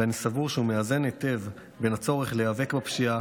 ואני סבור שהוא מאזן היטב בין הצורך להיאבק בפשיעה